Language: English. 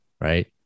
right